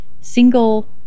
single